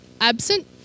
absent